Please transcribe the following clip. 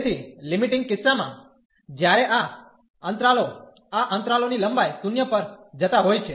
તેથી લિમિટીંગ કિસ્સામાં જ્યારે આ અંતરાલો આ અંતરાલોની લંબાઈ 0 પર જતા હોય છે